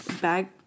Bag